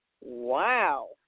Wow